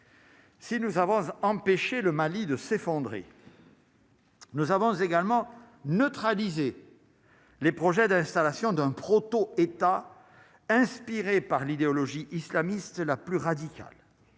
Si nous avons empêché le Mali de s'effondrer. Nous avons également neutralisé les projets d'installation d'un proto-État inspiré par l'idéologie islamiste la plus radicale